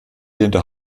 lehnte